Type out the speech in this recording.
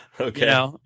okay